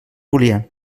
volia